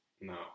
No